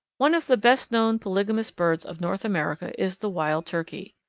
one of the best-known polygamous birds of north america is the wild turkey.